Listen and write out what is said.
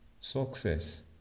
success